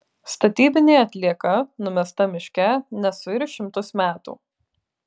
statybinė atlieka numesta miške nesuirs šimtus metų